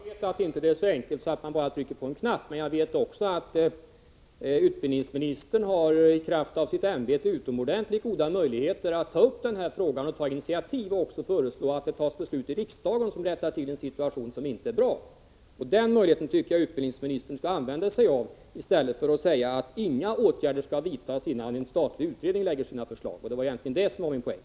Herr talman! Jag vet att det inte är så enkelt som att bara trycka på en knapp, men jag vet också att utbildningsministern i kraft av sitt ämbete har utomordentligt goda möjligheter att ta upp den här frågan och ta initiativ och även föreslå att det tas beslut i riksdagen som rättar till en situation som inte är bra. Den möjligheten tycker jag att utbildningsministern skall använda sig av i stället för att säga att några åtgärder inte skall vidtas innan en statlig utredning lagt fram sina förslag. Det var egentligen detta som var min poäng.